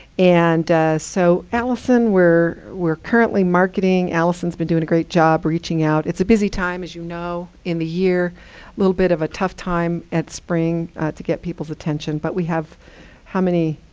and so allison we're we're currently marketing. alison's been doing a great job reaching out. it's a busy time, as you know, in the year. a little bit of a tough time at spring to get people's attention. but we have how many?